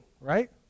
right